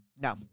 No